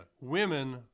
women